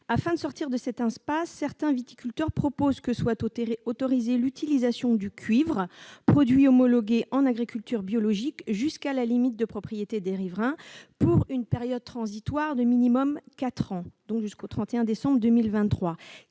Afin de sortir de cette impasse, certains viticulteurs proposent d'autoriser l'utilisation du cuivre, produit homologué en agriculture biologique, jusqu'à la limite de propriété des riverains pour une période transitoire de quatre ans au minimum, soit jusqu'au 31 décembre 2023.